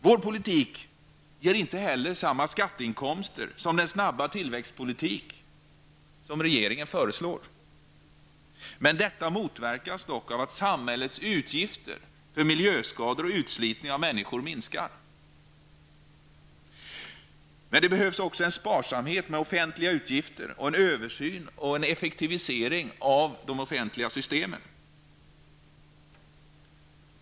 Vår politik ger inte heller samma skatteinkomster som den snabba tillväxtpolitik som regeringen föreslår. Detta motverkas dock av att en del av samhällets utgifter för miljöskador och utslitning av människor minskar. Men det behövs också en sparsamhet med offentliga utgifter samt en översyn och effektivisering av de offentliga systemen.